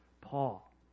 Paul